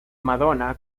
madonna